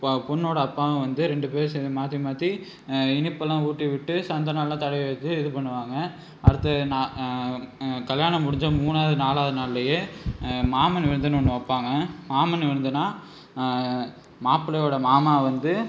பா பொண்ணோடய அப்பாவும் வந்து ரெண்டு பேர் சேர்ந்து மாற்றி மாற்றி இனிப்பபெலாம் ஊட்டிவிட்டு சந்தனம்லாம் தடவி விட்டு இது பண்ணுவாங்க அடுத்தது நா கல்யாண முடிஞ்ச மூணாவது நாலாவது நாளிலேயே மாமன் விருந்துன்னு ஒன்று வைப்பாங்க மாமன் விருந்துன்னால் மாப்பிள்ளையோடய மாமா வந்து